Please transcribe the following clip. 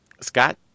Scott